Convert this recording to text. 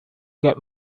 get